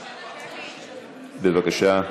בבקשה.